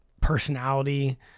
personality